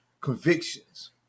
convictions